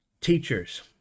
teachers